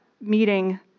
meeting